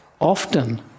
often